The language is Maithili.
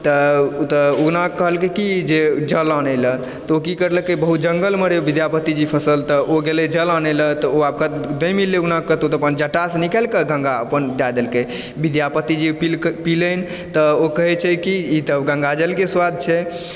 तऽ ओ तऽ ऊगनाके कहलखिन की जे जल आनय लए तऽ ओ की करलकै बहुत जङ्गलमे रहै विद्यापति जी फसल तऽ ओ गेलै जल आनय लए तऽ ओनि मिललै उगना कतउ तऽ ओ तऽ अपन जटासँ निकालिकऽ गङ्गा अपन दए देलकै विद्यापतिजी ओ पिलनि तऽ ओ कहै छै कि ई तऽ गङ्गाजलके स्वाद छै